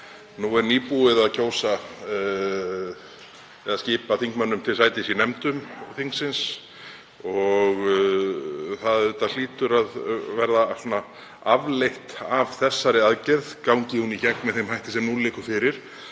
Nú er nýbúið að skipa þingmönnum til sætis í nefndum þingsins og það hlýtur að verða afleitt af þeirri aðgerð, gangi hún í gegn með þeim hætti sem nú liggur fyrir,